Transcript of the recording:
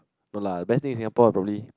no lah best thing in Singapore is probably